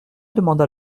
demanda